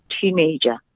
teenager